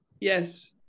yes